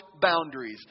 boundaries